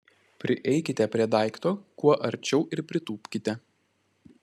prieikite prie daikto kuo arčiau ir pritūpkite